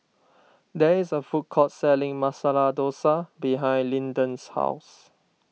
there is a food court selling Masala Dosa behind Lyndon's house